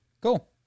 Cool